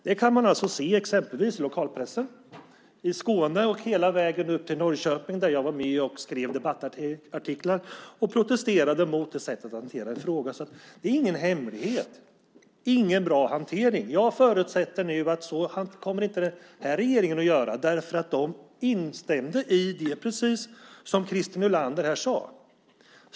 Det kan man se exempelvis i lokalpressen i Skåne och hela vägen upp till Norrköping, där jag var med och skrev debattartiklar och protesterade mot det sättet att hantera en fråga. Det är ingen hemlighet. Det är ingen bra hantering. Jag förutsätter nu att den här regeringen inte kommer att göra så, därför att de instämde i det, precis som Christer Nylander sade.